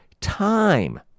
time